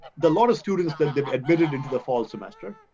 the lot of students that they've admitted into the fall semester,